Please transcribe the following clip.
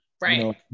Right